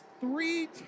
three